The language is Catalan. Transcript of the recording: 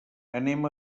anem